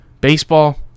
Baseball